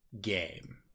game